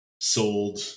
sold